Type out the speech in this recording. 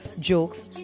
jokes